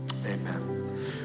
amen